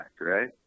right